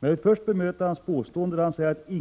Men låt mig först bemöta Leo Perssons påstående att ingenting egentligen — Prot.